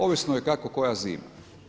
Ovisno je kako koja zima.